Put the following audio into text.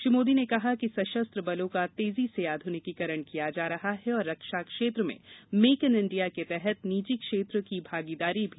श्री मोदी ने कहा कि सशस्त्र बलों का तेजी से आधुनिकीकरण किया जा रहा है और रक्षा क्षेत्र में मेक इन इंडिया के तहत निजी क्षेत्र की भागीदारी भी बढ़ायी जा रही है